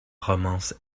romance